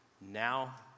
now